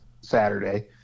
Saturday